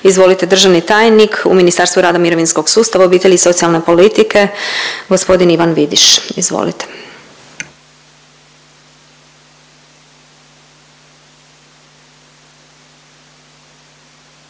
Izvolite državni tajnik u Ministarstvu rada, mirovinskog sustava, obitelji i socijalne politike gospodin Ivan Vidiš. Izvolite.